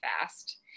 fast